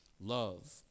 love